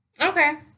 Okay